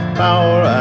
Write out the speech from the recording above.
power